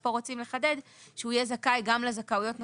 ופה רוצים לחדד שהוא יהיה זכאי גם לזכאויות נוספות,